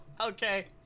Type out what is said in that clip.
Okay